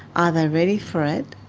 are they ready for it,